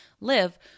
live